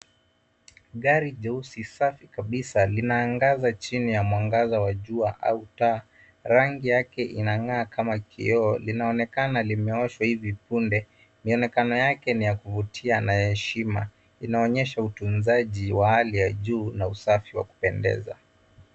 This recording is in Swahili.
Gari jeusi safi kabisa linaangaza chini ya mwangaza wa jua, au taa. Rangi yake inang'aa kama kioo, linaonekana limeoshwa hivi punde. Mionekano yake ni ya kuvutia na ya heshima, inaonyesha utunzaji wa hali ya juu, na usafi wa kupendeza.